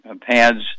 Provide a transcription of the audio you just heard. pads